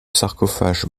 sarcophage